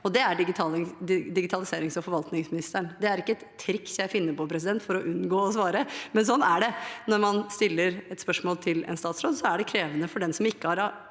det er digitaliserings- og forvaltningsministeren. Det er ikke et triks jeg finner på for å unngå å svare, men sånn er det. Når man stiller et spørsmål til en statsråd, er det krevende for den som ikke har